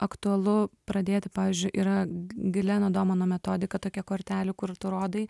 aktualu pradėti pavyzdžiui yra g gleno domano metodika tokia kortelių kur tu rodai